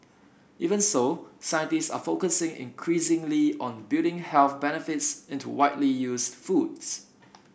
even so scientists are focusing increasingly on building health benefits into widely used foods